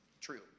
true